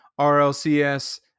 RLCS